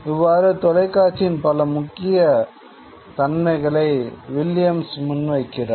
இவ்வாறு தொலைக்காட்சியின் பல முக்கிய தன்மைகளை வில்லியம்ஸ் முன்வைக்கிறார்